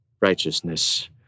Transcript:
righteousness